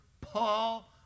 Paul